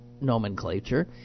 nomenclature